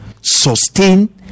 sustain